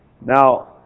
Now